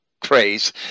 craze